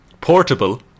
Portable